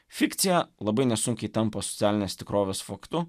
fikcija labai nesunkiai tampa socialinės tikrovės faktu